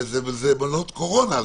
זה מלונות קורונה.